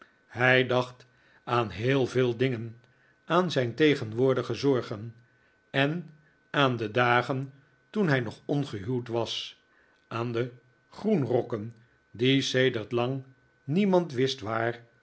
hij dacht aan heel veel dingen aan zijn tegenwoordige zorgen en aan de dagen toen hij nog ongehuwd was aan de groenrokken die sedert lang niemand wist waar